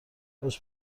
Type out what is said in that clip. خوش